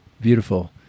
Beautiful